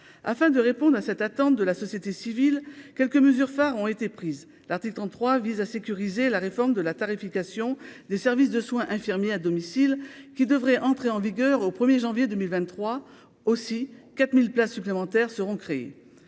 afin de répondre à cette attente de la société civile, quelques mesures phares ont été prises, l'article 33 vise à sécuriser la réforme de la tarification des services de soins infirmiers à domicile, qui devrait entrer en vigueur au 1er janvier 2023 aussi 4000 places supplémentaires seront créées,